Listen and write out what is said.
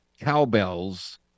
cowbells